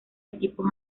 equipos